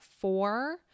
four